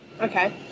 Okay